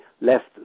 left